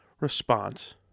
Response